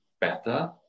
better